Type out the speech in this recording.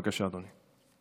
בבקשה, אדוני.